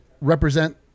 represent